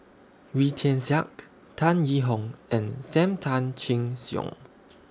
Wee Tian Siak Tan Yee Hong and SAM Tan Chin Siong